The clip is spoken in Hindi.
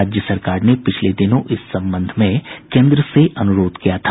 राज्य सरकार ने पिछले दिनों इस संबंध में केन्द्र से अनुरोध किया था